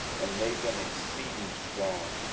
and made them exceeding strong,